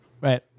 Right